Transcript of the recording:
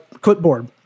clipboard